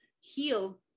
heal